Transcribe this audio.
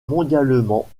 mondialement